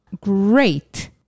great